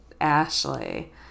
Ashley